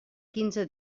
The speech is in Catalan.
quinze